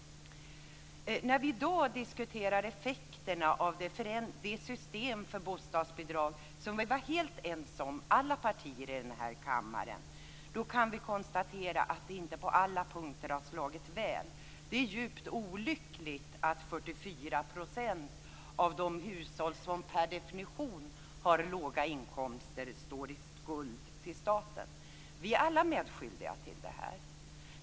När vi i dag diskuterar effekterna av det system för bostadsbidrag som alla partier i den här kammaren var helt ense om, kan vi konstatera att det inte på alla punkter har slagit väl ut. Det är djupt olyckligt att 44 % av de hushåll som per definition har låga inkomster står i skuld till staten. Vi är alla medskyldiga till det.